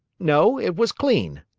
no it was clean.